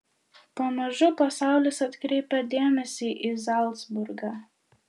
pamažu pasaulis atkreipė dėmesį į zalcburgą